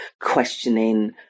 questioning